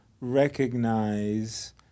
recognize